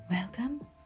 Welcome